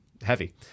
heavy